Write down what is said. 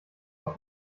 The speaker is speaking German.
auf